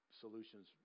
solutions